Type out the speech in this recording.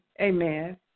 Amen